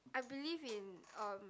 I believe in uh